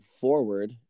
forward